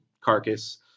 carcass